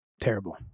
Terrible